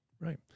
Right